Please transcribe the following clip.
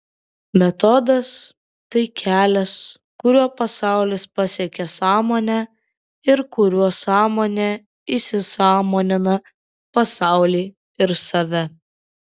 metodas tai kelias kuriuo pasaulis pasiekia sąmonę ir kuriuo sąmonė įsisąmonina pasaulį ir save